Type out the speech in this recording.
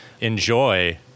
enjoy